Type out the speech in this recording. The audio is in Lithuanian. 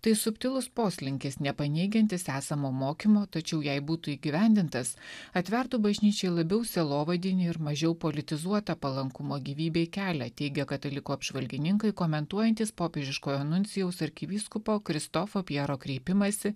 tai subtilus poslinkis nepaneigiantis esamo mokymo tačiau jei būtų įgyvendintas atvertų bažnyčiai labiau sielovadinį ir mažiau politizuotą palankumo gyvybei kelią teigia katalikų apžvalgininkai komentuojantys popiežiškojo nuncijaus arkivyskupo kristofo pjero kreipimąsi